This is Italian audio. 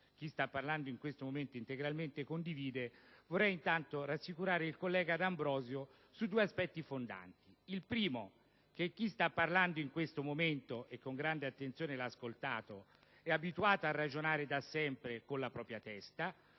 chi sta parlando integralmente condivide, vorrei intanto rassicurare il collega D'Ambrosio su due aspetti fondanti. Il primo è che chi sta parlando in questo momento, e che con grande attenzione lo ha ascoltato, è abituato a ragionare da sempre con la propria testa,